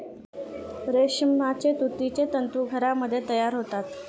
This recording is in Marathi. रेशमाचे तुतीचे तंतू घरामध्ये तयार होतात